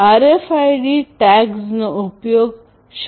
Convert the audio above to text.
RFID ટેગ્સનો ઉપયોગ shopping મોલ્સમાં પણ થાય છે